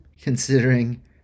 considering